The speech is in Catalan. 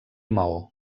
maó